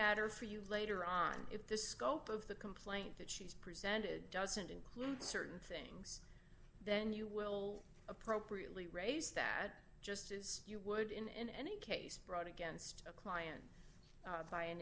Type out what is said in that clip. matter for you later on if the scope of the complaint that she's presented doesn't include certain things then you will appropriately raise that just as you would in any case brought against a client by an